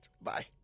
Bye